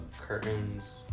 Curtains